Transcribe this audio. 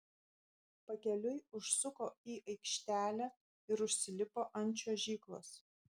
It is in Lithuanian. pakeliui užsuko į aikštelę ir užsilipo ant čiuožyklos